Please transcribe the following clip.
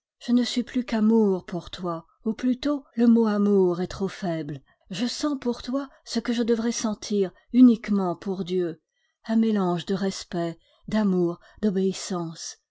je ne suis plus qu'amour pour toi ou plutôt le mot amour est trop faible je sens pour toi ce que je devrais sentir uniquement pour dieu un mélange de respect d'amour d'obéissance